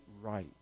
right